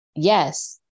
yes